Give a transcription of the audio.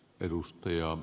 arvoisa puhemies